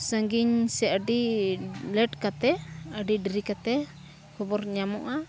ᱥᱟᱺᱜᱤᱧ ᱥᱮ ᱟᱹᱰᱤ ᱠᱟᱛᱮᱫ ᱟᱹᱰᱤ ᱫᱮᱨᱤ ᱠᱟᱛᱮᱫ ᱠᱷᱚᱵᱚᱨ ᱧᱟᱢᱚᱜᱼᱟ